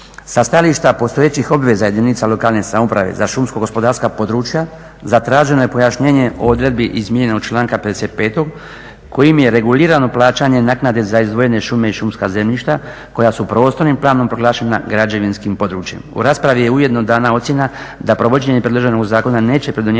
Sa stajališta postojećih obveza jedinica lokalne samouprave za šumsko-gospodarska područja zatraženo je pojašnjenje odredbi izmijenjenog članka 55. kojim je regulirano plaćanje naknade za izdvojene šume i šumska zemljišta koja su prostornim planom proglašena građevinskim područjem. U raspravi je ujedno dana ocjena da provođenje predloženog zakona neće pridonijeti